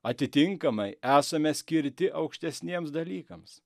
atitinkamai esame skirti aukštesniems dalykams